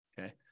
Okay